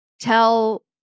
tell